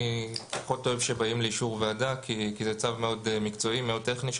אני פחות אוהב שבאים לאישור ועדה כי זה צו מאוד מקצועי ומאוד טכני,